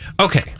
Okay